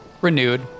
renewed